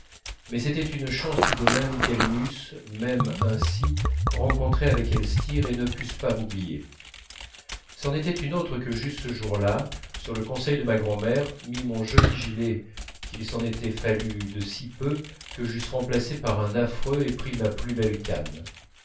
mais c'était une chance tout de même qu'elles m'eussent même ainsi rencontré avec elstir et ne pussent pas m'oublier c'en était une autre que j'eusse ce jour-là sur le conseil de ma grand'mère mis mon joli gilet qu'il s'en était fallu de peu que j'eusse remplacé par un affreux et pris ma plus belle canne